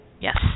Yes